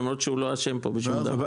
למרות שהוא לא אשם פה בשום דבר.